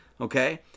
okay